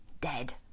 dead